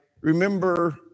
remember